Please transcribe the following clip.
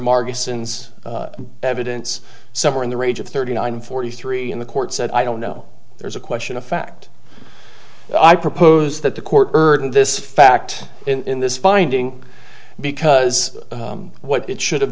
marcus since evidence somewhere in the range of thirty nine forty three in the court said i don't know there's a question of fact i propose that the court heard this fact in this finding because what it should have